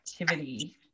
activity